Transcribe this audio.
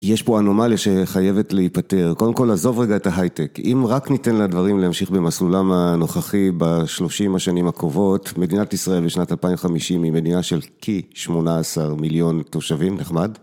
יש פה אנומליה שחייבת להיפטר. קודם כל, עזוב רגע את ההייטק. אם רק ניתן לדברים להמשיך במסלולם הנוכחי בשלושים השנים הקרובות, מדינת ישראל בשנת 2050 היא מדינה של כ-18 מיליון תושבים, נחמד?